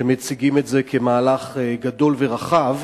שמציגים את זה כמהלך גדול ורחב,